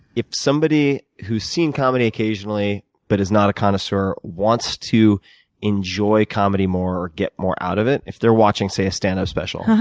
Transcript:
if somebody who's seen comedy occasionally but is not a connoisseur wants to enjoy comedy more, get more out of it, if they're watching, say, a standup special,